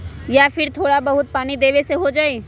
या फिर थोड़ा बहुत पानी देबे से हो जाइ?